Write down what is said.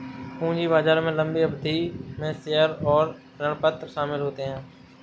पूंजी बाजार में लम्बी अवधि में शेयर और ऋणपत्र शामिल होते है